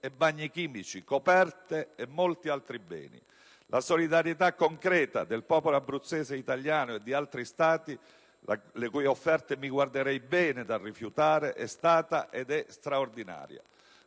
e bagni chimici, coperte e molti altri beni. La solidarietà concreta del popolo abruzzese e italiano e di altri Stati, le cui offerte mi guarderei bene dal rifiutare, è stata ed è straordinaria,